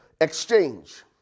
exchange